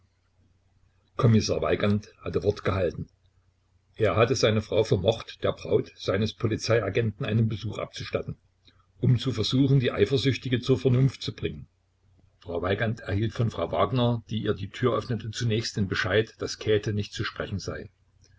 kommissar weigand hatte wort gehalten er hatte seine frau vermocht der braut seines polizeiagenten einen besuch abzustatten um zu versuchen die eifersüchtige zur vernunft zu bringen frau weigand erhielt von frau wagner die ihr die tür öffnete zunächst den bescheid daß käthe nicht zu sprechen sei